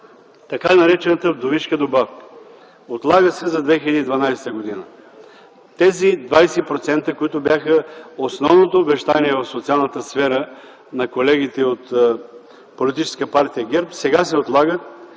така наречената вдовишка добавка – отлага се за 2012 г. Тези 20%, които бяха основното обещание в социалната сфера на колегите от Политическа партия ГЕРБ, сега се отлагат